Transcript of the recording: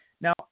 Now